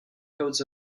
codes